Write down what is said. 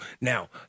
Now